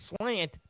slant